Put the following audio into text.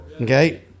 Okay